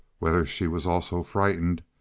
whether she was also frightened,